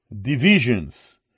divisions